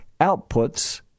outputs